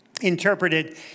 interpreted